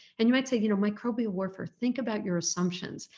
and you might say you know, microbial warfare, think about your assumptions,